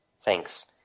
Thanks